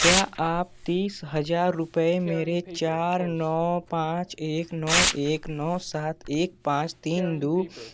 क्या आप तीस हज़ार रुपये मेरे चार नौ पाँच एक नौ एक नौ सात एक पाँच तीन दो